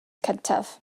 cyntaf